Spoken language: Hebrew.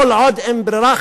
כל עוד אין ברירה,